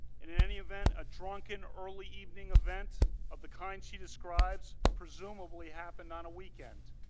in in any event, a drunken early evening event of the kind she describes, presumably happened on a weekend.